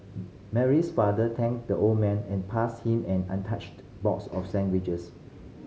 Mary's father thanked the old man and passed him an untouched box of sandwiches